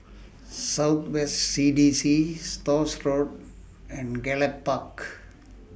South West C D C Stores Road and Gallop Park